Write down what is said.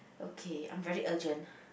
okay I'm very urgent